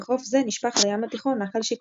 בחוף זה נשפך לים התיכון נחל שקמה.